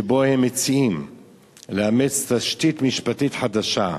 ובו הם מציעים לאמץ תשתית משפטית חדשה,